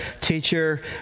Teacher